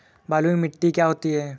बलुइ मिट्टी क्या होती हैं?